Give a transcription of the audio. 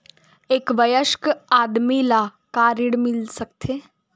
एक वयस्क आदमी ला का ऋण मिल सकथे?